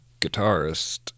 guitarist